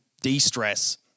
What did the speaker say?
de-stress